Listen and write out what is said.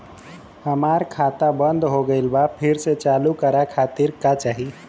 हमार खाता बंद हो गइल बा फिर से चालू करा खातिर का चाही?